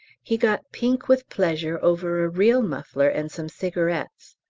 he got pink with pleasure over a real muffler and some cigarettes.